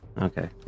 Okay